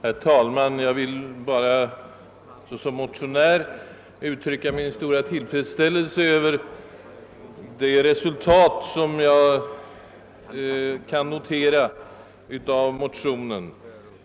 Herr talman! Jag vill bara som motionär uttrycka min stora tillfredsställelse över det resultat av motionen som jag kan notera.